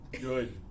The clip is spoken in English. Good